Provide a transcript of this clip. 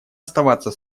оставаться